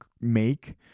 make